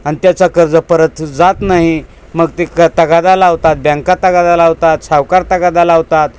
आणि त्याचा कर्ज परत जात नाही मग ते क तगादा लावतात बँका तगादा लावतात सावकार तगादा लावतात